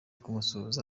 kumusuhuza